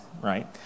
right